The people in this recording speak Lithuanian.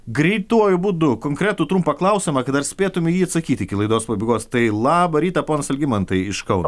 greituoju būdu konkretų trumpą klausimą kad dar spėtumėme jį atsakyti iki laidos pabaigos tai labą rytą ponas algimantai iš kauno